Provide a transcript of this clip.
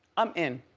i'm in.